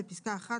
בפסקה (1),